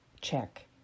check